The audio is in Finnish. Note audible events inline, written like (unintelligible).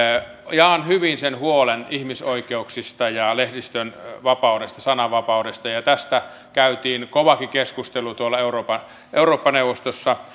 jaan hyvin sen huolen ihmisoikeuksista ja lehdistönvapaudesta sananvapaudesta tästä käytiin kovakin keskustelu tuolla eurooppa neuvostossa (unintelligible)